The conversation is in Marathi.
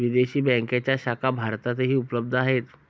विदेशी बँकांच्या शाखा भारतातही उपलब्ध आहेत